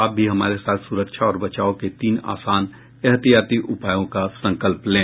आप भी हमारे साथ सुरक्षा और बचाव के तीन आसान एहतियाती उपायों का संकल्प लें